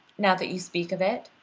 now that you speak of it,